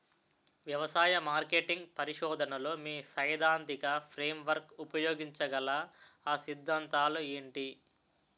వ్యవసాయ మార్కెటింగ్ పరిశోధనలో మీ సైదాంతిక ఫ్రేమ్వర్క్ ఉపయోగించగల అ సిద్ధాంతాలు ఏంటి?